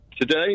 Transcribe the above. Today